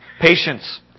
Patience